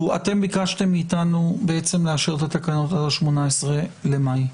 ביקשתם מאיתנו לאשר את התקנות עד 18 במאי.